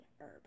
herb